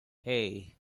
hey